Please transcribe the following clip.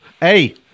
Hey